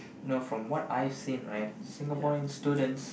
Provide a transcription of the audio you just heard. you know from what I've seen right Singaporean students